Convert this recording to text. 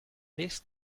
this